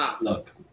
Look